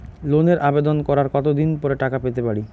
লোনের আবেদন করার কত দিন পরে টাকা পেতে পারি?